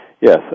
Yes